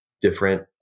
different